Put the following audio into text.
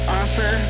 offer